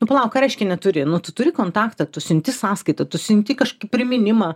nu palauk ką reiškia neturi nu tu turi kontaktą tu siunti sąskaitą tu siunti kažkokį priminimą